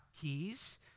keys